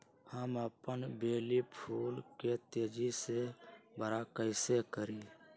हम अपन बेली फुल के तेज़ी से बरा कईसे करी?